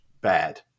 bad